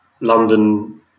london